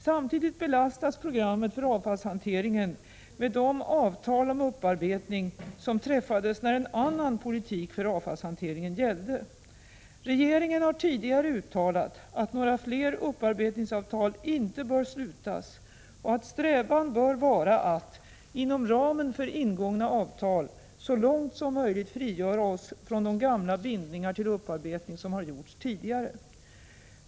Samtidigt belastas programmet för avfallshanteringen med de avtal om upparbetning som träffades när en annan politik för avfallshanteringen gällde. Regeringen har tidigare uttalat att några fler upparbetningsavtal inte bör slutas och att strävan bör vara att, inom ramen för ingångna avtal, så långt som möjligt frigöra oss från de gamla bindningar till upparbetning som har gjorts tidigare.